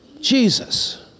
Jesus